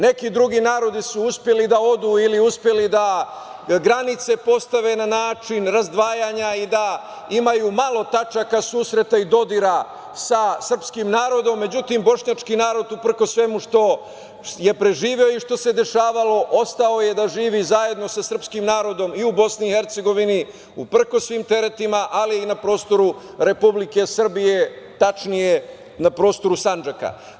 Neki drugi narodi su uspeli da odu ili uspeli da granice postave na način razdvajanja i da imaju malo tačaka susreta i dodira sa srpskim narodom, međutim, bošnjački narod uprkos svemu što je preživeo i što se dešavalo ostao je da živi zajedno sa srpskim narodom i u Bosni i Hercegovini, uprkos svim teretima, ali i na prostoru Republike Srbije, tačnije na prostoru Sandžaka.